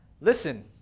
listen